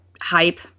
hype